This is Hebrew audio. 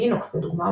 לינוקס לדוגמה,